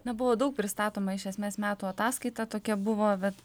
na buvo daug pristatoma iš esmės metų ataskaita tokia buvo bet